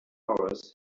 hours